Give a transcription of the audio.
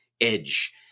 edge